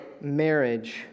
marriage